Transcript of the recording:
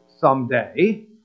someday